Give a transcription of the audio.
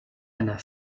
einer